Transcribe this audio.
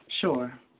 Sure